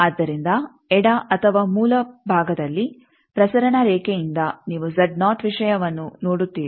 ಆದ್ದರಿಂದ ಎಡ ಅಥವಾ ಮೂಲ ಭಾಗದಲ್ಲಿ ಪ್ರಸರಣ ರೇಖೆಯಿಂದ ನೀವು ವಿಷಯವನ್ನು ನೋಡುತ್ತೀರಿ